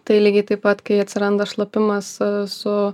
tai lygiai taip pat kai atsiranda šlapimas su